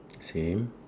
same